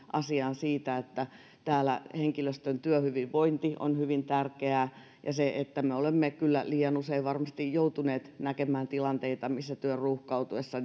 asiaan täällä henkilöstön työhyvinvointi on hyvin tärkeää me olemme kyllä varmasti liian usein joutuneet näkemään tilanteita missä työn ruuhkautuessa